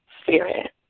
spirit